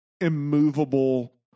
immovable